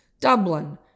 Dublin